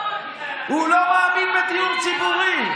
נכון, הוא לא מאמין בדיור ציבורי.